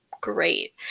great